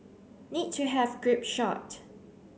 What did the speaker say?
need to have group shot